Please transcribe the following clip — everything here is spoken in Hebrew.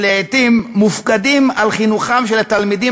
שלעתים מופקדים על חינוכם של התלמידים,